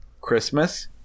Christmas